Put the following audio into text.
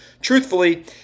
Truthfully